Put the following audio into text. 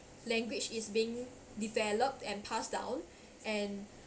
language is being developed and passed down and